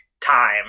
time